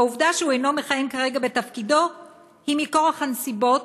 העובדה שהוא אינו מכהן כרגע בתפקידו היא מכורח הנסיבות,